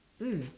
mm